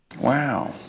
Wow